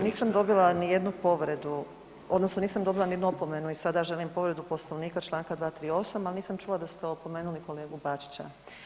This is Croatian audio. Nisam dobila nijednu povredu odnosno nisam dobila nijednu opomenu i sada želim povredu Poslovnika čl. 238., al nisam čula da ste opomenuli kolegu Bačića.